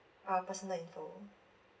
our personal info